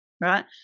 right